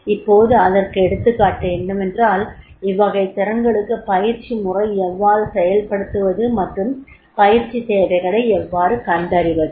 இப்போது அதற்கு எடுத்துக்காட்டு என்னவென்றால் இவ்வகைத் திறன்களுக்கு பயிற்சி முறை எவ்வாறு செயல்படுத்துவது மற்றும் பயிற்சித் தேவைகளை எவ்வாறு கண்டறிவது